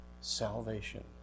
salvation